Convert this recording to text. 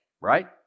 Right